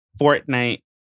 Fortnite